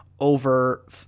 Over